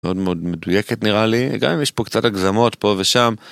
מאוד מאוד מדויקת נראה לי גם אם יש פה קצת הגזמות פה ושם.